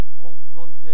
confronted